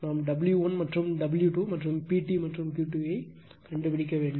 நாம் W1 மற்றும் W2 மற்றும் PT மற்றும் QT ஐக் கண்டுபிடிக்க வேண்டும்